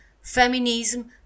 feminism